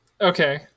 Okay